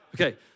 Okay